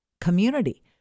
community